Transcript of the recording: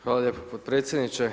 Hvala lijepo potpredsjedniče.